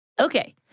Okay